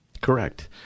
Correct